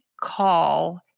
call